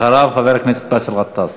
אחריו, חבר הכנסת באסל גטאס,